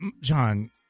John